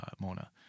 Mona